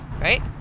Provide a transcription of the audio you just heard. right